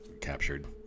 captured